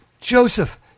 Joseph